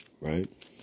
right